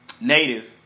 Native